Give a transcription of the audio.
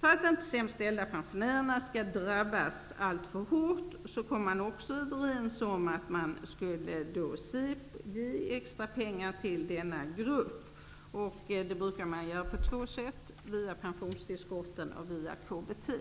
För att inte de sämst ställda pensionärerna skall drabbas alltför hårt kom man också överens om att ge extra pengar till denna grupp. Det brukar man göra på två sätt, via pensionstillskotten och via KBT.